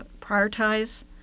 prioritize